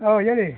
ಊಂ ಹೇಳಿ